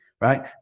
right